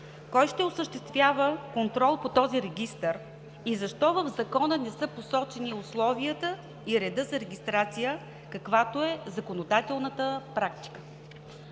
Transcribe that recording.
Кой ще осъществява контрол по този регистър? Защо в Закона не са посочени условията и редът за регистрация, каквато е законодателната практика?